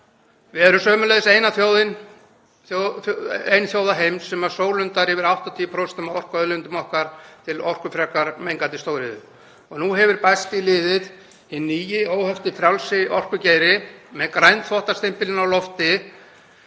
Við erum sömuleiðis ein þjóða heims sem sólundar yfir 80% af orkuauðlindum okkar til orkufrekrar mengandi stóriðju. Nú hefur bæst í liðið hinn nýi óhefti og frjálsi orkugeiri með grænþvottarstimpilinn á lofti,